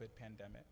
pandemic